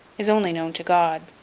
is only known to god.